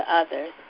others